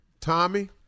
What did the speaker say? Tommy